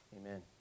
Amen